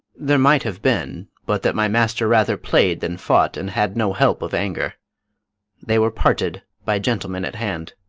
there might have been, but that my master rather play'd than fought, and had no help of anger they were parted by gentlemen at hand.